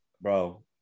bro